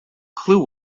clue